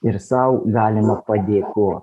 ir sau galima padėkot